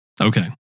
Okay